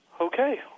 Okay